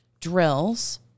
drills